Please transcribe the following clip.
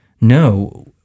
No